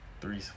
three